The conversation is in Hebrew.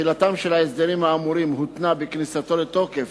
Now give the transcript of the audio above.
תחילתם של ההסדרים האמורים הותנתה בכניסתו לתוקף